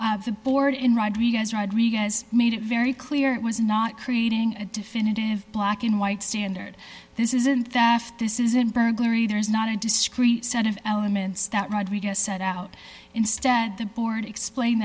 minor the board in rodriguez rodriguez made it very clear it was not creating a definitive black and white standard this isn't that this isn't burglary there is not a discrete set of elements that rodriguez set out instead the board explain